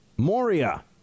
Moria